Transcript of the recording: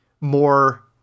more